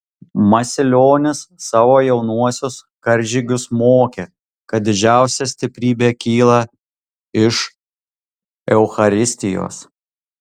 masilionis savo jaunuosius karžygius mokė kad didžiausia stiprybė kyla iš eucharistijos